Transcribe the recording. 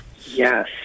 Yes